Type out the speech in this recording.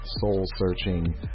soul-searching